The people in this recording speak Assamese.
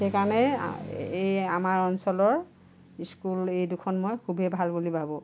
সেইকাৰণে এই আমাৰ অঞ্চলৰ স্কুল এই দুখন মই খুবেই ভাল বুলি ভাৱোঁ